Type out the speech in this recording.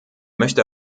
möchte